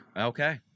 Okay